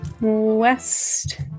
West